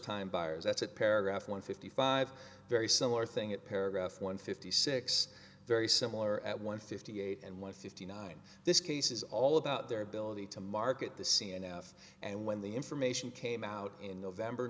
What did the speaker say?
time buyers that's at paragraph one fifty five very similar thing at paragraph one fifty six very similar at one fifty eight and one fifty nine this case is all about their ability to market the cns and when the information came out in november